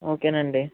ఓకేనండి